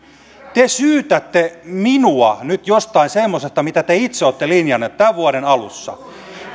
te syytätte minua nyt jostain semmoisesta mitä te itse olette linjanneet tämän vuoden alussa